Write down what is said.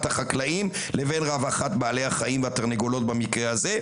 החקלאים לבין רווחת בעלי החיים והתרנגולות במקרה הזה.